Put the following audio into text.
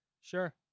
sure